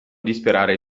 disperare